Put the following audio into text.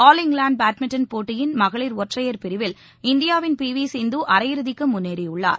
all England badminton போட்டியின் மகளிர் ஒற்றையர் பிரிவில் இந்தியாவின் பி வி சிந்து அரையிறுதிக்கு முன்னேறியுள்ளார்